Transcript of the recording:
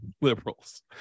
liberals